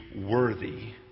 worthy